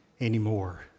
anymore